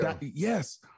Yes